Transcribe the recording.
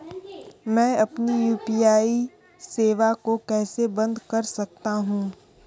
मैं अपनी यू.पी.आई सेवा को कैसे बंद कर सकता हूँ?